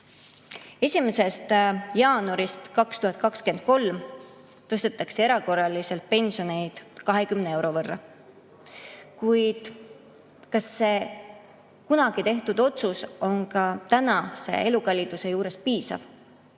1. jaanuarist 2023 tõstetakse erakorraliselt pensione 20 euro võrra. Kas see kunagi tehtud otsus on ka tänase elukalliduse juures piisav?